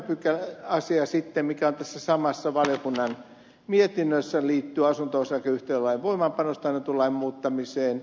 tämä toinen asia sitten mikä on tässä samassa valiokunnan mietinnössä liittyy asunto osakeyhtiölain voimaanpanosta annetun lain muuttamiseen